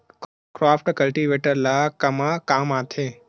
Crop cultivator ला कमा काम आथे?